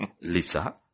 Lisa